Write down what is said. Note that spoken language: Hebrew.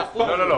לא.